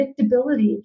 predictability